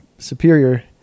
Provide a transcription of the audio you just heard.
superior